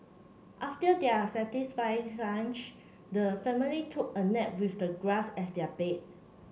after their satisfying lunch the family took a nap with the grass as their bed